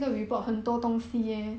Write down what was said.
mm